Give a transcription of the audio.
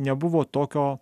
nebuvo tokio